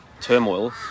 turmoil